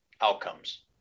outcomes